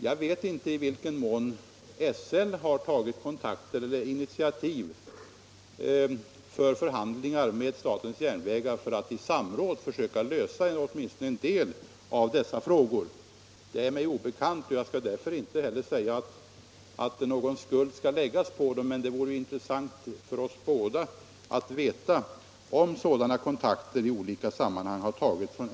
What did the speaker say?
Jag känner inte till i vilken mån SL har tagit initiativ till förhandlingar med statens järnvägar för att man i samråd skall försöka lösa åtminstone en del av dessa frågor. Det är mig obekant, och jag skall därför inte heller säga att någon skuld skall läggas på SL. Men det vore intressant för oss båda att få veta om sådana kontakter i olika sammanhang har tagits av SL.